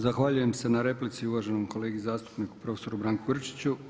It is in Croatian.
Zahvaljujem se na replici uvaženom kolegi zastupniku profesoru Branku Grčiću.